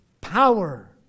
power